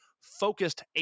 focused